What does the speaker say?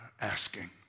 asking